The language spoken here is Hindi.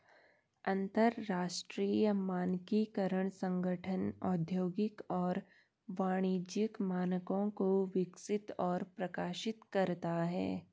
अंतरराष्ट्रीय मानकीकरण संगठन औद्योगिक और वाणिज्यिक मानकों को विकसित और प्रकाशित करता है